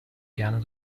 gerne